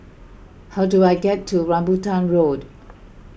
how do I get to Rambutan Road